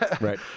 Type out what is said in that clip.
Right